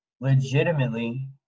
legitimately